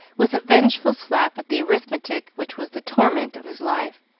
with a vengeful slap at the arithmetic which was the torment of his life.